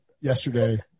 yesterday